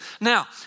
Now